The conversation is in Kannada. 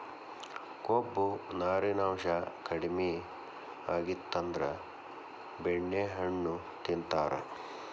ಕೊಬ್ಬು, ನಾರಿನಾಂಶಾ ಕಡಿಮಿ ಆಗಿತ್ತಂದ್ರ ಬೆಣ್ಣೆಹಣ್ಣು ತಿಂತಾರ